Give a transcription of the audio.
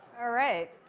all right.